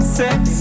sex